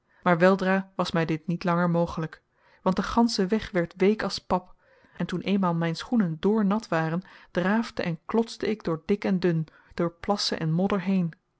maar weldra was mij dit niet langer mogelijk want de gansche weg werd week als pap en toen eenmaal mijn schoenen doornat waren draafde en klotste ik door dik en dun door plassen en modder heen